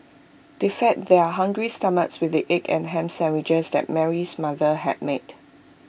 they fed their hungry stomachs with the egg and Ham Sandwiches that Mary's mother had made